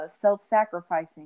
self-sacrificing